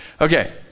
Okay